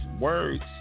words